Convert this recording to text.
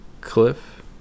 cliff